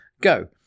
go